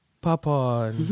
Papa